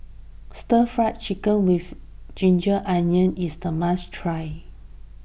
Stir Fried Chicken with Ginger Onions is a must try